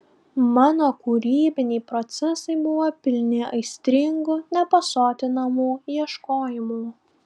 mano kūrybiniai procesai buvo pilni aistringų nepasotinamų ieškojimų